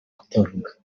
kutavuga